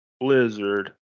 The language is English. Blizzard